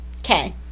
Okay